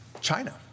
China